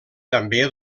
també